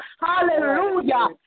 Hallelujah